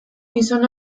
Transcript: gizon